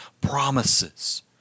promises